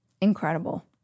incredible